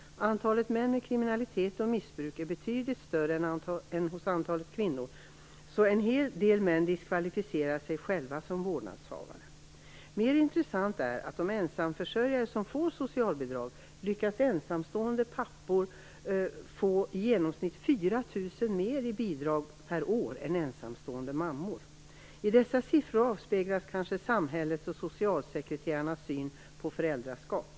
Antalet män med kriminalitet och missbruk är betydligt större än antalet kvinnor. En hel del män diskvalificerar sig därför själva som vårdnadshavare. Mer intressant är att av de ensamförsörjande som får socialbidrag lyckas ensamstående pappor i genomsnitt få 4 000 kr mer i bidrag/år än vad ensamstående mammor får. I dessa siffror avspeglas kanske samhällets och socialsekreterarnas syn på föräldraskap.